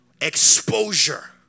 exposure